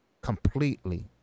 completely